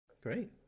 Great